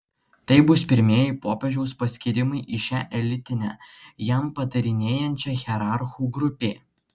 tai bus pirmieji popiežiaus paskyrimai į šią elitinę jam patarinėjančią hierarchų grupę